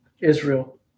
Israel